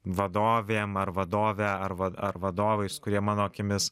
vadovėm ar vadove ar ar vadovais kurie mano akimis